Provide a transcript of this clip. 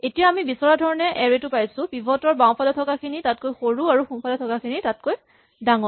এতিয়া আমি বিচৰা ধৰণে এৰে টো পাইছো পিভট ৰ বাওঁফালে থকা খিনি তাতকৈ সৰু আৰু সোঁফালে থকাখিনি তাতকৈ ডাঙৰ